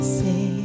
say